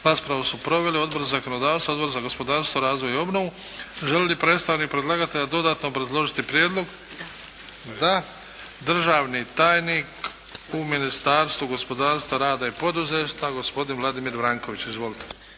Raspravu su proveli Odbor za zakonodavstvo, Odbor za gospodarstvo, razvoj i obnovu. Želi li predstavnik predlagatelja dodatno obrazložiti prijedlog? Da. Državni tajnik u Ministarstvu gospodarstva, rada i poduzetništva gospodin Vladimir Vranković. Izvolite!